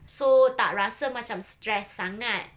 so tak rasa macam stressed sangat